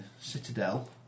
Citadel